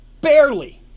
Barely